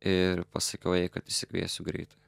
ir pasakiau jai kad išsikviesiu greitąją